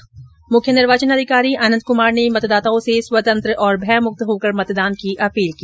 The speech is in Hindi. ् मुख्य निर्वाचन अधिकारी आनन्द कुमार ने मतदाताओं से स्वतंत्र और भयमुक्त होकर मतदान की अपील की